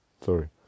Sorry